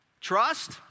trust